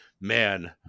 man